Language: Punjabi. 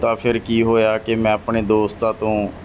ਤਾਂ ਫਿਰ ਕੀ ਹੋਇਆ ਕਿ ਮੈਂ ਆਪਣੇ ਦੋਸਤਾਂ ਤੋਂ